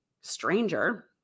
stranger